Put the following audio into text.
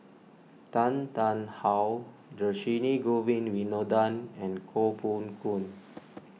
Tan Tarn How Dhershini Govin Winodan and Koh Poh Koon